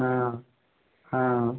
हँ हँ